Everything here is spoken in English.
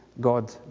God